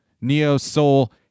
neo-soul